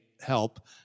help